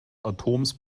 atoms